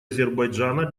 азербайджана